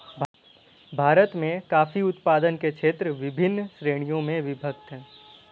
भारत में कॉफी उत्पादन के क्षेत्र विभिन्न श्रेणियों में विभक्त हैं